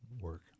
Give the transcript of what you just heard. work